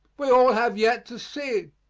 we all have yet to see.